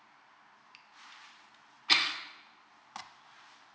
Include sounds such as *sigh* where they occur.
*coughs*